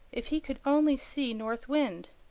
if he could only see north wind!